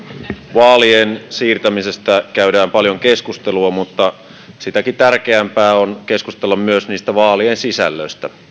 vaalien siirtämisestä käydään paljon keskustelua mutta sitäkin tärkeämpää on keskustella myös vaalien sisällöstä